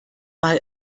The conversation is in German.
mal